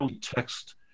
text